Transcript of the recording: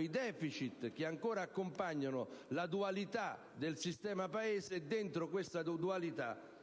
i deficit che ancora accompagnano la dualità del sistema Paese e, dentro questa dualità,